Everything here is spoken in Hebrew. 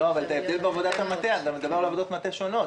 אתה מדבר על עבודות מטה שונות.